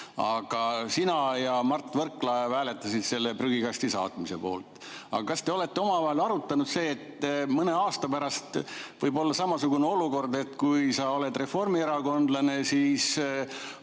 Aga sina ja Mart Võrklaev hääletasite selle eelnõu prügikasti saatmise poolt. Kas te olete omavahel arutanud seda, et mõne aasta pärast võib olla samasugune olukord, et kui sa oled reformierakondlane, siis